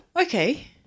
okay